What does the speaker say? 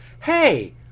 Hey